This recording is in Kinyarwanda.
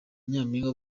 nyampinga